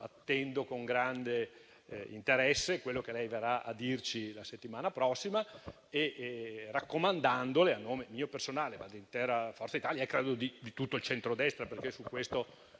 pertanto con grande interesse quello che lei verrà a dirci la settimana prossima, raccomandandole a nome mio personale, dell'intera Forza Italia e credo di tutto il centrodestra, perché su questo